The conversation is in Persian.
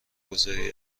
گذاری